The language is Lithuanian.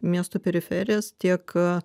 miesto periferijas tiek